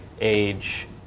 Age